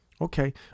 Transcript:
Okay